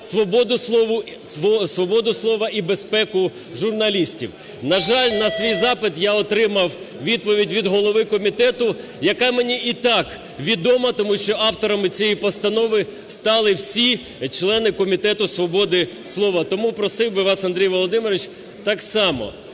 свободу слова і безпеку журналістів. На жаль, на свій запит я отримав відповідь від голови комітету, яка мені і так відома, тому що авторами цієї постанови стали всі члени Комітету свободи слова. Тому просив би вас, Андрій Володимирович, так само